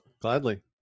gladly